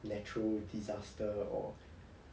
natural disaster or